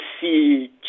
see